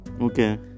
Okay